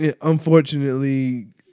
unfortunately